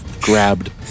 Grabbed